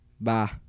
Bye